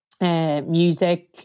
music